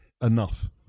enough